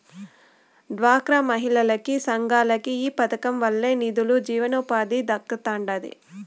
డ్వాక్రా మహిళలకి, సంఘాలకి ఈ పదకం వల్లనే నిదులు, జీవనోపాధి దక్కతండాడి